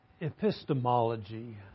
Epistemology